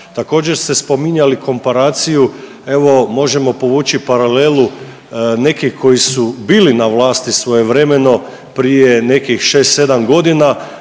Također ste spominjali komparaciju, evo možemo povući paralelu nekih koji su bili na vlasti svojevremeno prije nekih 6-7 godina